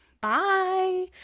bye